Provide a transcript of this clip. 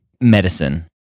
medicine